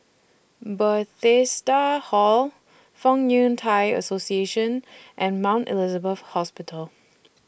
Bethesda Hall Fong Yun Thai Association and Mount Elizabeth Hospital